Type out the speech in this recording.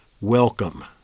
welcome